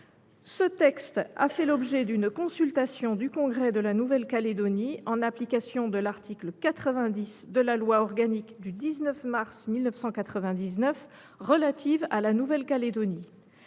Ce texte a fait l’objet d’une consultation du congrès de la Nouvelle Calédonie, en application de l’article 90 de la loi n° 99 209 organique du 19 mars 1999 relative à la Nouvelle Calédonie.